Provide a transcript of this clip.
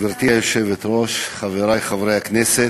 גברתי היושבת-ראש, חברי חברי הכנסת,